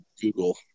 google